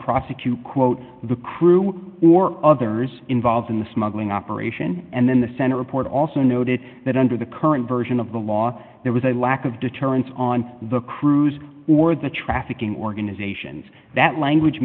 prosecute quote the crew or others involved in the smuggling operation and then the senate report also noted that under the current version of the law there was a lack of deterrence on the crews or the trafficking organizations that language